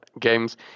games